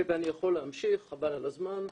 ואני יכול להמשיך, חבל על הזמן,